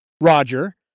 Roger